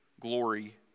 glory